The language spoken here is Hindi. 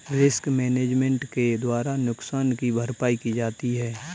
रिस्क मैनेजमेंट के द्वारा नुकसान की भरपाई की जाती है